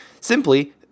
Simply